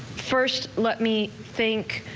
first let me think.